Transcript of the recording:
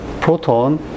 proton